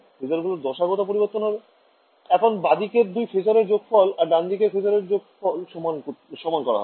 Phasor গুলোর দশাগত পরিবর্তন হবে এখন বাঁদিকের দুই phasor এর যোগফলের সাথে ডানদিকের phasor এর সমান করা হবে